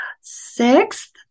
Sixth